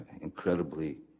incredibly